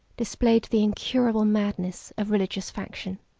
displayed the incurable madness of religious faction.